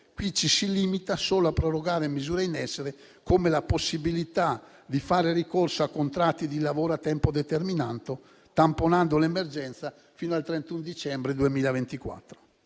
Lì ci limita solo a prorogare misure in essere, come la possibilità di fare ricorso a contratti di lavoro a tempo determinato, tamponando l'emergenza fino al 31 dicembre 2024.